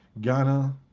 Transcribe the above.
Ghana